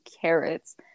carrots